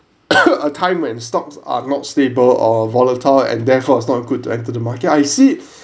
a time when stocks are not stable or volatile and therefore it's not good for the market I see